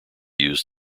used